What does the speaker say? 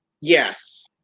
Yes